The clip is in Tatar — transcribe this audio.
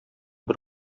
бер